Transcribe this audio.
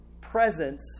presence